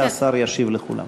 והשר ישיב לכולם.